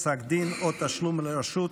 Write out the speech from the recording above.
פסק דין או תשלום לרשות),